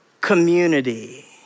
community